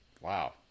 Wow